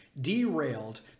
derailed